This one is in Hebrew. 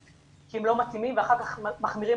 כי הם לא מתאימים ואחר כך מחמירים